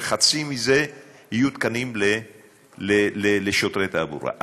שחצי מזה יהיו תקנים לשוטרי תעבורה,